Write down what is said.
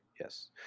yes